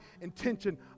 intention